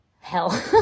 hell